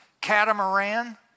Catamaran